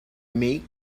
make